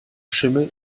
schimmel